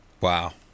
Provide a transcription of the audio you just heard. Wow